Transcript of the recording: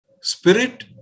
spirit